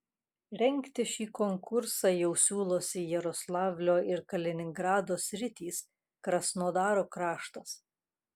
rengti šį konkursą jau siūlosi jaroslavlio ir kaliningrado sritys krasnodaro kraštas